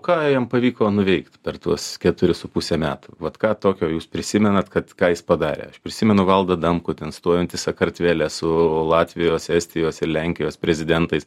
o ką jam pavyko nuveikt per tuos keturis su puse metų vat ką tokio jūs prisimenat kad ką jis padarė prisimenu valdą adamkų ten stovintį sakartvele su latvijos estijos ir lenkijos prezidentais